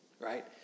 right